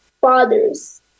fathers